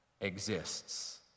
exists